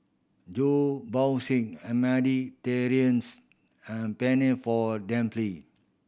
John bought a Mediterraneans and Penne for Dimple